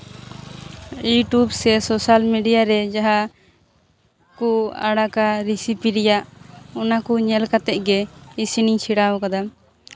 YouTube ᱥᱮ social media ᱨᱮ ᱡᱟᱦᱟᱸ ᱠᱚ ᱟᱲᱟᱜᱟ ᱨᱤᱥᱤᱯᱤ ᱨᱮᱭᱟᱜ ᱚᱱᱟᱠᱚ ᱧᱮᱞ ᱠᱟᱛᱮᱫ ᱜᱮ ᱤᱥᱤᱱᱤᱧ ᱥᱮᱬᱟᱣ ᱠᱟᱫᱟ